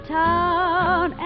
town